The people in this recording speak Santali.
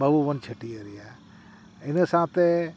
ᱵᱟᱹᱵᱩ ᱵᱚᱱ ᱪᱷᱟᱹᱴᱭᱟᱹᱨᱮᱭᱟ ᱤᱱᱟᱹ ᱥᱟᱶᱛᱮ